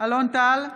אלון טל,